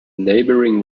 neighbouring